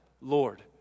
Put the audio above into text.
Lord